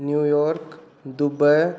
New York Dubai